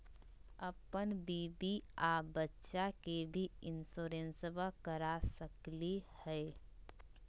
अपन बीबी आ बच्चा के भी इंसोरेंसबा करा सकली हय?